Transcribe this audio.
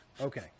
Okay